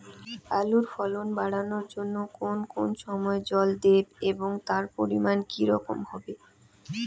আলুর ফলন বাড়ানোর জন্য কোন কোন সময় জল দেব এবং তার পরিমান কি রকম হবে?